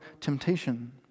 temptation